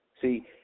See